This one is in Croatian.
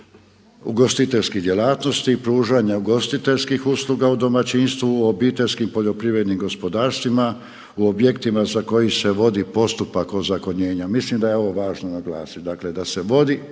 ugostiteljskih djelatnosti, pružanja ugostiteljskih usluga u domaćinstvu, obiteljskim poljoprivrednim gospodarstvima, u objektima za koji se vodi postupak ozakonjenja. Mislim da je ovo važno naglasiti, dakle da se vodi